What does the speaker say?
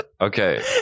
Okay